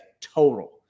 total